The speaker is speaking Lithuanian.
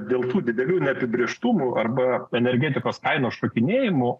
dėl tų didelių neapibrėžtumų arba energetikos kainų šokinėjimų